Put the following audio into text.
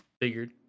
Figured